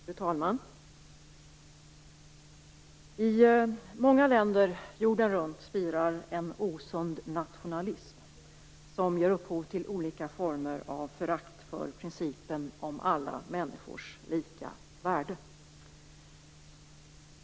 Fru talman! I många länder jorden runt spirar en osund nationalism som ger upphov till olika former av förakt för principen om alla människors lika värde.